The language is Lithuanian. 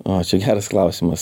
a čia geras klausimas